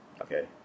okay